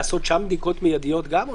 לעשות שם בדיקות מיידיות גם?